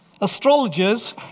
astrologers